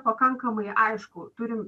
pakankamai aišku turim